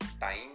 time